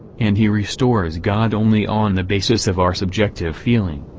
and he restores god only on the basis of our subjective feeling.